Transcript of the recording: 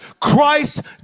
Christ